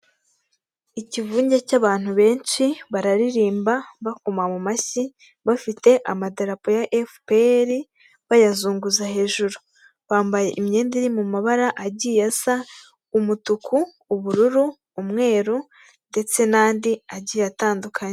Ikivunge cy'abantu benshi bararirimba bakoma mu mashyi bafite amadarapo ya efuperi, bayazunguza hejuru bambaye imyenda iri mu mabara agiye asa, umutuku, ubururu, umweru ndetse n'andi agiye atandukanye.